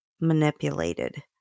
manipulated